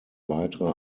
weitere